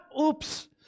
oops